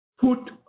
Put